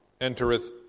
entereth